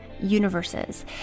universes